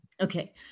Okay